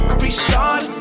restart